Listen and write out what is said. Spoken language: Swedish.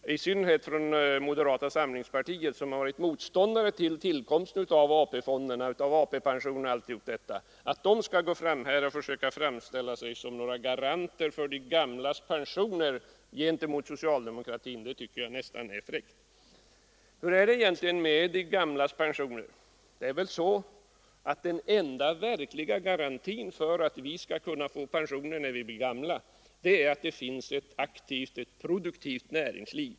Det är nästan fräckt att moderata samlingspartiet, som varit motståndare till tillkomsten av AP-fonderna och ATP, skall försöka framställa sig som några garanter för de gamlas pensioner gentemot socialdemokratin. Hur är det egentligen med de gamlas pensioner? Den enda verkliga garantin för att vi skall kunna få pensioner när vi blir gamla är att det finns ett aktivt, produktivt näringsliv.